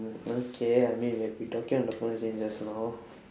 mm okay I mean we have been talking on the phone since just now